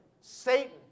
Satan